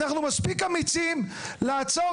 אנחנו מספיק אמיצים לעצור,